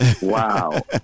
wow